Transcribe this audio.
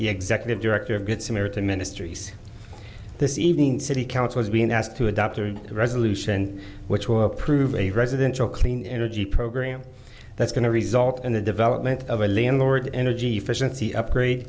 executive director of good samaritan ministries this evening city council is being asked to a doctor in a resolution which will approve a residential clean energy program that's going to result in the development of a landlord energy efficiency upgrade